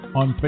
on